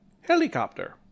helicopter